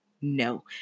no